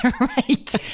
Right